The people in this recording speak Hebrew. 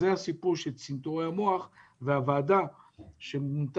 זה הסיפור של צנתור מוח והוועדה שמונתה